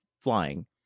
flying